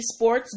esports